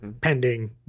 pending